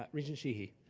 ah regent sheehy.